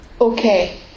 okay